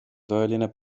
tõeline